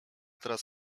teraz